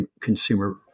consumer